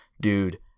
dude